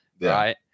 Right